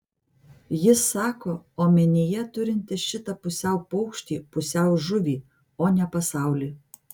jis sako omenyje turintis šitą pusiau paukštį pusiau žuvį o ne pasaulį